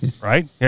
right